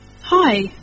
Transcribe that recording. Hi